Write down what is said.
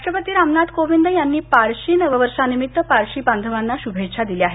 राष्ट्रपती रामनाथ कोविंद यांनी पारशी नववर्षानिमित्त पारशी बांधवांना शुभेच्छा दिल्या आहेत